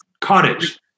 Cottage